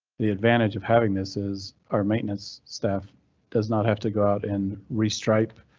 the advantage of having this is our maintenance staff does not have to go out in re stripe.